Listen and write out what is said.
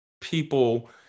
people